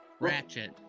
Ratchet